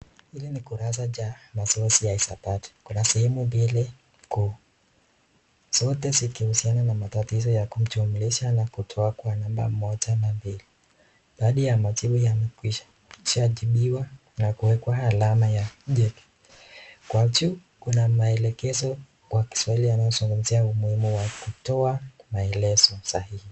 Hili ni kurasa cha maswali ya hisabati. Kurasa hii imegawanywa sehemu mbili, zote zikihusiana na matatizo ya kujumlisha na kutoa kwa namba moja na mbili. Baadhi ya majibu yamekwisha ya shajibiwa na kuwekwa alama ya tick . Kwa juu kuna maelekezo kwa Kiswahili yanayozungumzia umuhimu wa kutoa maelezo sahihi.